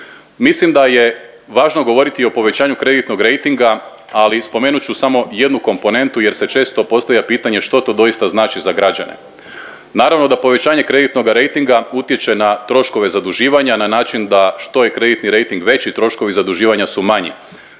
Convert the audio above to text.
Mislim da je važno govoriti i o povećanju kreditnog rejtinga, ali spomenut ću samo jednu komponentu jer se često postavlja pitanje što to doista znači za građane. Naravno da povećanje kreditnoga rejtinga utječe ne troškove zaduživanja na način da što je kreditni rejting veći troškovi zaduživanja su manji.